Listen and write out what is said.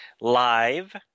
Live